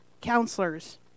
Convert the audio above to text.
counselors